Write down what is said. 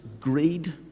greed